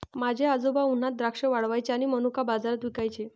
माझे आजोबा उन्हात द्राक्षे वाळवायचे आणि मनुका बाजारात विकायचे